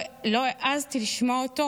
לא העזתי לשמוע אותו